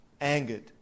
angered